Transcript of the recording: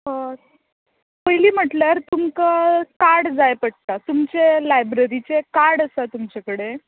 हय पयलीं म्हटल्यार तुमकां कार्ड जाय पडटा तुमचे लायब्ररिचें कार्ड आसा तुमचे कडेन